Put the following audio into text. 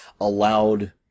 Allowed